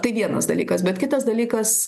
tai vienas dalykas bet kitas dalykas